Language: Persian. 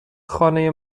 خانه